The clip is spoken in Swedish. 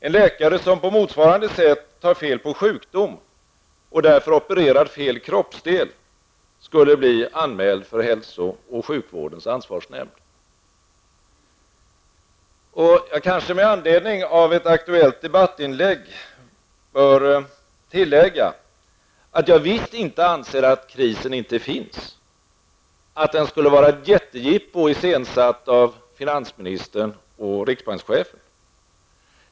En läkare som på motsvarande sätt tar fel på sjukdom och därför opererar fel kroppsdel skulle bli anmäld för hälso och sjukvårdens ansvarsnämnd. Jag kanske med anledning av ett aktuellt debattinlägg bör tillägga att jag visst inte anser att krisen inte finns och att den skulle vara ett jättejippo iscensatt av finansministern och riksbankschefen.